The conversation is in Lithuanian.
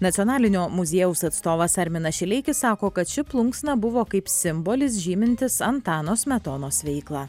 nacionalinio muziejaus atstovas arminas šileikis sako kad ši plunksna buvo kaip simbolis žymintis antano smetonos veiklą